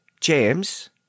James